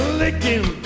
licking